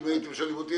אם הייתם שואלים אותי,